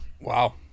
Wow